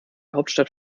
hauptstadt